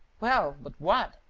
well, but what?